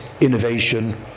innovation